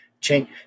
change –